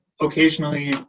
occasionally